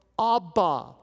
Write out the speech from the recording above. Abba